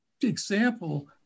example